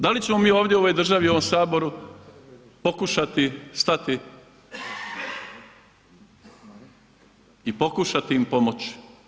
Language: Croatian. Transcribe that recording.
Da li ćemo mi ovdje u ovoj državi, u ovom HS pokušati stati i pokušati im pomoć?